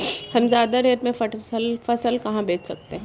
हम ज्यादा रेट में फसल कहाँ बेच सकते हैं?